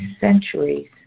centuries